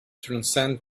transcend